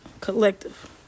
collective